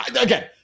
Again